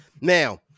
now